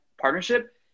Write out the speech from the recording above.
partnership